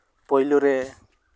ᱯᱳᱭᱞᱳ ᱨᱮ